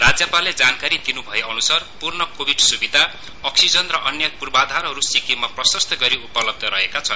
राज्यपालले जानकारी दिनुभए अनुसार पूर्ण कोविड स्विधा अक्सिजन र अन्य पूर्वाधारहरू सिक्किममा प्रशस्तै गरी उपलब्ध रहेका छन्